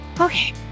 Okay